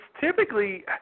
typically